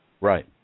Right